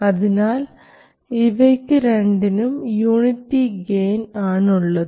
അതിനാൽ ഇവയ്ക്ക് രണ്ടിനും യൂണിറ്റി ഗെയിൻ ആണുള്ളത്